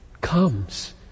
comes